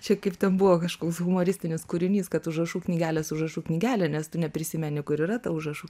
čia kaip ten buvo kažkoks humoristinis kūrinys kad užrašų knygelės užrašų knygelę nes tu neprisimeni kur yra ta užrašų